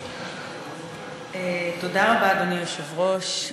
אדוני היושב-ראש,